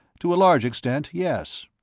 to a large extent, yes.